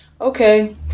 okay